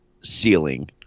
ceiling